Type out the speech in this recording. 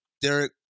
Derek